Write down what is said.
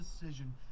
decision